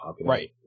Right